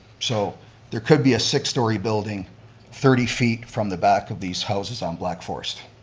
so there could be a six story building thirty feet from the back of these houses on black forest.